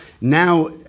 now